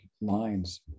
lines